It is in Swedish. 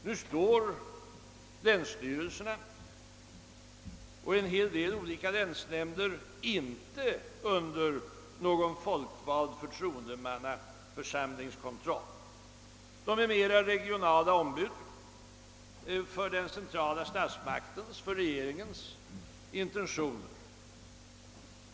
Nu står länsstyrelserna och en hel del olika länsnämnder inte under någon folkvald förtroendemannaförsamlings kontroll. De är mera regionala ombud för den centrala statsmaktens, för regeringens, intentioner.